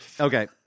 Okay